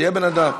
תהיה בן-אדם.